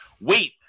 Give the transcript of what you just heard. wait